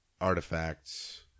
artifacts